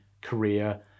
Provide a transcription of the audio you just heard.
career